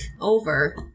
over